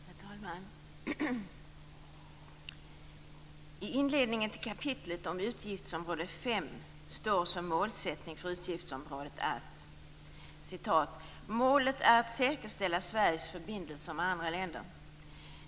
Herr talman! I inledningen till kapitlet om utgiftsområde 5 står som målsättning för utgiftsområdet: Målet är att säkerställa Sveriges förbindelser med andra länder.